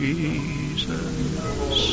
Jesus